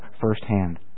firsthand